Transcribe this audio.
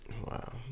Wow